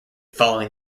following